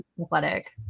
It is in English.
athletic